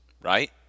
right